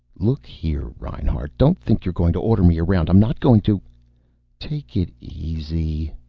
look here, reinhart. don't think you're going to order me around. i'm not going to take it easy.